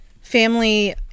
family